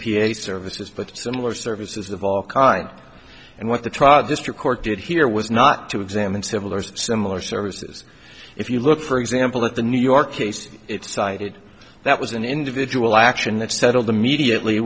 ph services but similar services of all kinds and what the trial district court did here was not to examine civil or similar services if you look for example at the new york case it's cited that was an individual action that settled immediately